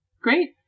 great